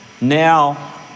now